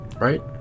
right